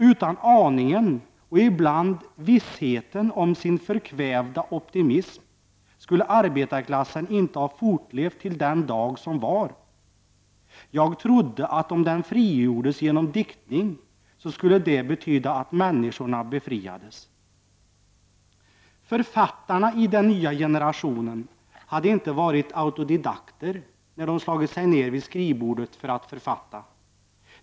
Utan aningen, och ibland vissheten, om sin förkvävda optimism skulle arbetarklassen inte ha fortlevt till den dag som var. Jag trodde att om den frigjordes genom diktningen så skulle det betyda att människorna befriades. Författarna i den nya generationen hade inte varit autodidakter när de slagit sig ned vid skrivbordet för att författa.